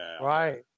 Right